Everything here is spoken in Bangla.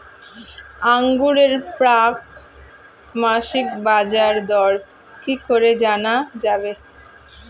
আঙ্গুরের প্রাক মাসিক বাজারদর কি করে জানা যাবে?